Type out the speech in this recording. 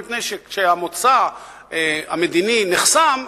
כי כשהמוצא המדיני נחסם,